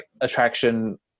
attraction